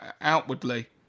outwardly